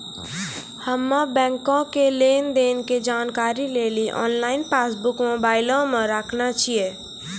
हम्मे बैंको के लेन देन के जानकारी लेली आनलाइन पासबुक मोबाइले मे राखने छिए